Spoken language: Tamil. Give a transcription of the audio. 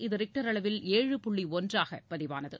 இது ரிக்டர் அளவில் ஏழு புள்ளி ஒன்றாக பதிவானது